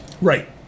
Right